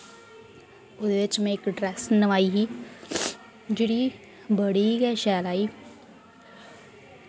ओह्दे च मै एक्क ड्रैस नोआई ही जेह्ड़ी बड़ी गै शैल आई